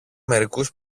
μερικούς